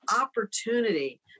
opportunity